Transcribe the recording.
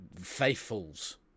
faithfuls